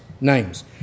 names